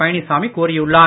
பழனிச்சாமி கூறியுள்ளார்